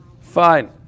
Fine